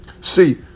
See